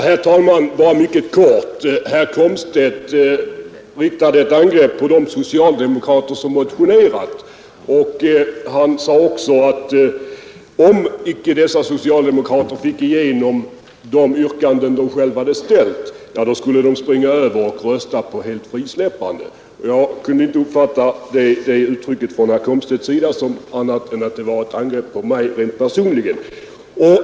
Herr talman! Herr Komstedt riktade ett angrepp mot de socialdemokrater som motionerat, och han sade att om icke dessa socialdemokrater fick igenom de yrkanden de själva hade ställt, skulle de springa över och rösta för helt frisläppande. Jag kan inte uppfatta det uttrycket som annat än ett angrepp på mig personligen.